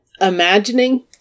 imagining